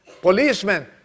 policemen